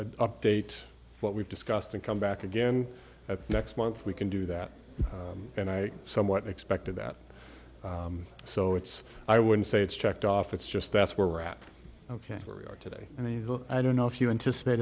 to update what we've discussed and come back again next month we can do that and i somewhat expected that so it's i wouldn't say it's checked off it's just that's where we're at ok where we are today and then i don't know if you an